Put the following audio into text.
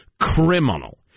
criminal